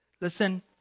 Listen